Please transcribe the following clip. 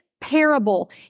parable